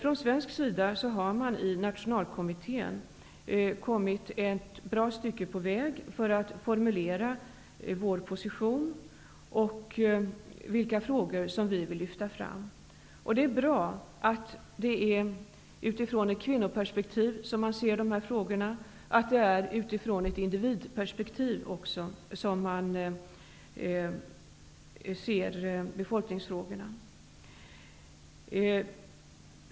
Man har i nationalkommittén kommit ett bra stycke på väg från svensk sida för att formulera vår position och vilka frågor som vi vill lyfta fram. Det är bra att dessa befolkningsfrågor ses från ett kvinno och individperspektiv.